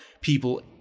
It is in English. people